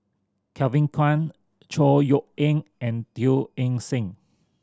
Kevin Kwan Chor Yeok Eng and Teo Eng Seng